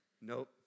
Nope